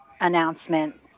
announcement